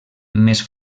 més